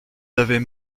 avaient